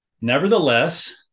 Nevertheless